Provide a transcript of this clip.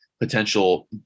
potential